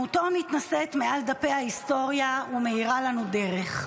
דמותו מתנשאת מעל דפי ההיסטוריה ומאירה לנו את הדרך.